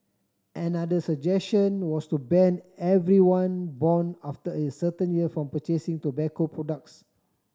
another suggestion was to ban everyone born after a certain year from purchasing tobacco products